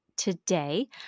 Today